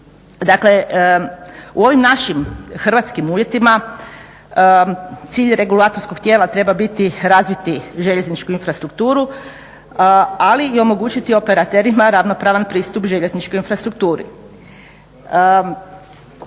Dakle, u ovim našim hrvatskim uvjetima cilj regulatorskog tijela treba biti razviti željezničku infrastrukturu, ali i omogućiti operaterima ravnopravan pristup željezničkoj infrastrukturi.